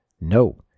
No